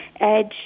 Edge